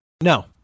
No